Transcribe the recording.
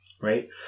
Right